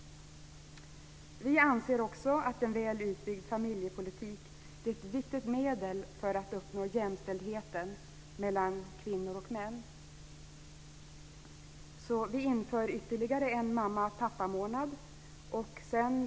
Vi anser också att en väl utbyggd familjepolitik är ett viktigt medel för att uppnå jämställdhet mellan kvinnor och män. Vi inför därför ytterligare en mamma-pappa-månad.